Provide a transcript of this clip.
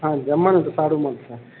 હા જમવાનું તો સારું મળશે